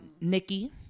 Nikki